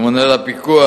הממונה על הפיקוח,